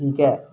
ਠੀਕ ਹੈ